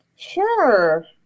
Sure